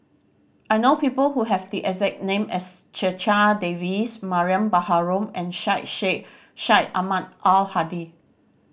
I know people who have the exact name as Checha Davies Mariam Baharom and Syed Sheikh Syed Ahmad Al Hadi